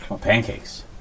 Pancakes